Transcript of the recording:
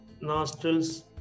nostrils